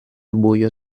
buio